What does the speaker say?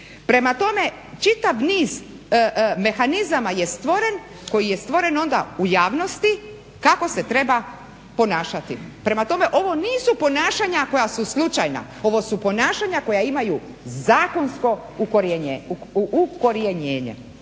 Prema tome, čitav niz mehanizama je stvoren, koji je stvoren onda u javnosti kako se treba ponašati, prema tome, ovo nisu ponašanja koja su slučajna, ovo su ponašanja koja imaju zakonsko ukorjenjenje,